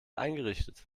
eingerichtet